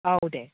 औ दे